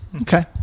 Okay